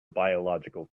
biological